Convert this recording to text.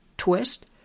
twist